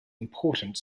important